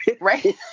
Right